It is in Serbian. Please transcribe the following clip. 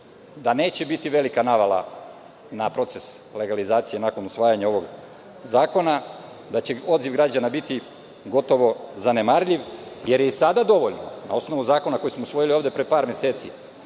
da neće biti velika navala na proces legalizacije nakon usvajanja ovog zakona, da će odziv građana biti gotovo zanemarljiv, jer je i sada dovoljno, na osnovu zakona koji smo usvojili pre par meseci,